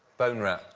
bone rattler.